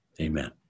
Amen